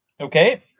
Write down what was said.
Okay